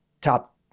top